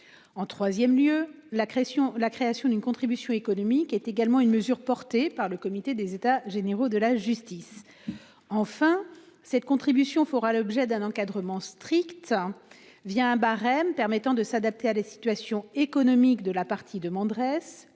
la création, la création d'une contribution économique est également une mesure portée par le comité des états généraux de la justice. Enfin cette contribution fera l'objet d'un encadrement strict. Via un barème permettant de s'adapter à la situation économique de la partie demanderesse,